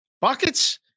Buckets